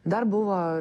dar buvo